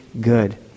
good